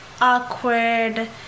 awkward